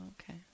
okay